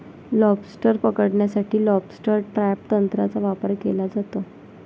lobster पकडण्यासाठी lobster trap तंत्राचा वापर केला जातो